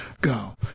go